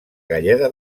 galleda